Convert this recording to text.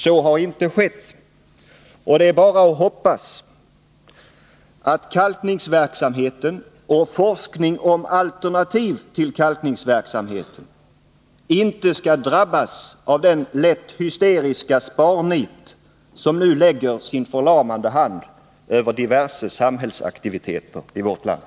Så har inte skett, och det är bara att hoppas, att kalkningsverksamheten och forskningen om alternativ till denna inte skall drabbas av det lätt hysteriska sparnit som nu lägger sin förlamande hand över diverse samhällsaktiviteter i vårt land.